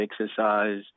exercise